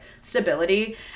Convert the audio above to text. stability